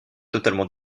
totalement